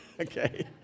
okay